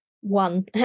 one